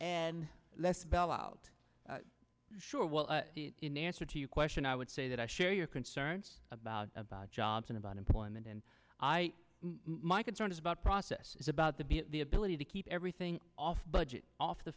and let's bell out sure well in answer to your question i would say that i share your concerns about about jobs and about employment and i my concern is about process is about to be the ability to keep everything off budget off the